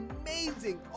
amazing